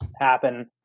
happen